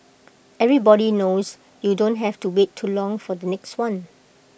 everybody knows you don't have to wait too long for the next one